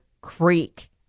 creek